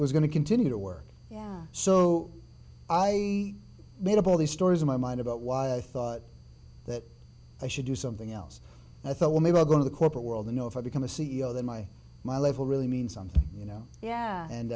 was going to continue to work so i made up all these stories in my mind about why i thought that i should do something else and i thought well maybe i'll go to the corporate world you know if i become a c e o then my my level really mean something you know yeah and